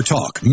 Talk